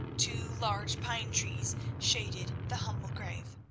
two large pine trees shaded the humble grave.